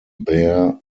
bare